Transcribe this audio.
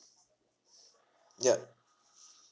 ya